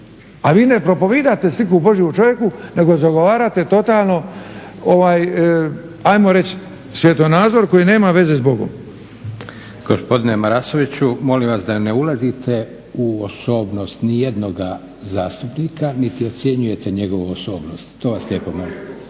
a vi ne propovijedate sliku Božju u čovjeku nego zagovarate totalno, ajmo reći svjetonazor koji nema veze s Bogom. **Leko, Josip (SDP)** Gospodine Marasoviću molim vas da ne ulazite u osobnost ni jednoga zastupnika, niti ocjenjujete njegovu osobnost, to vas lijepo molim.